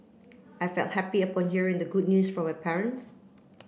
I felt happy upon hearing the good news from my parents